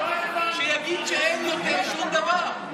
שיגיד שאין יותר שום דבר.